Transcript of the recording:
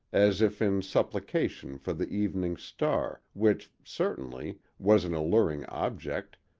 as if in supplication for the evening star, which, certainly, was an alluring object,